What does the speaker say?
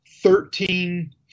Thirteen